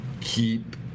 keep